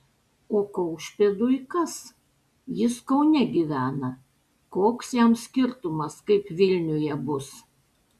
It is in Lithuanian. o kaušpėdui kas jis kaune gyvena koks jam skirtumas kaip vilniuje bus